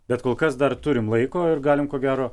bet kol kas dar turim laiko ir galim ko gero